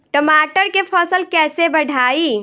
टमाटर के फ़सल कैसे बढ़ाई?